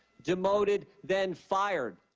demoted, then fired.